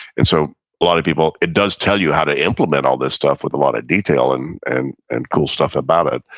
and so a lot of people, it does tell you how to implement all this stuff with a lot of detail and and and cool stuff about it,